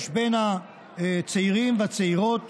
יש ביניהם צעירים וצעירות